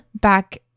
back